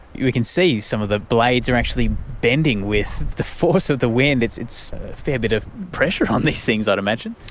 we can see some of the blades are actually bending with the force of the wind, it's a fair bit of pressure on these things i'd imagine.